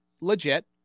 legit